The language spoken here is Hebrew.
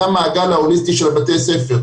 זה המעגל ההוליסטי של בתי הספר,